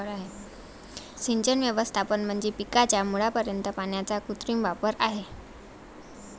सिंचन व्यवस्थापन म्हणजे पिकाच्या मुळापर्यंत पाण्याचा कृत्रिम वापर आहे